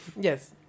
yes